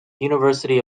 university